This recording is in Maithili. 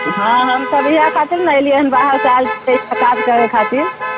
हँ इहए खातिर ने अयलियै हन बाहरसे आयल छियै काज करे खातिर